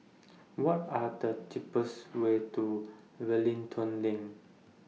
What Are The cheapest Way to Wellington LINK